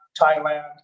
Thailand